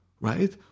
right